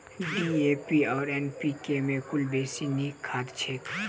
DAP आ NPK मे कुन बेसी नीक खाद छैक?